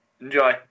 Enjoy